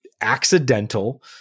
accidental